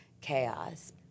chaos